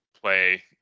play